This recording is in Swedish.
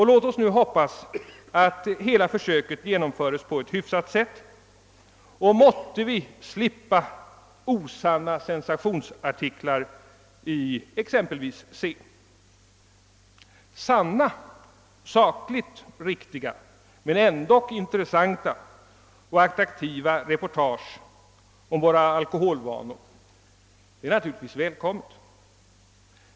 Låt oss nu hoppas att hela försöket kan genomföras på ett hyfsat sätt, och måtte vi slippa osanna sensationsartiklar i exempelvis Se. Sanna, sakligt riktiga men ändå intressanta och attraktiva reportage om våra alkoholvanor är naturligtvis välkomna.